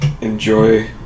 enjoy